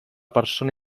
persona